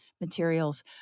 materials